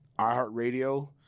iHeartRadio